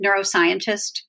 neuroscientist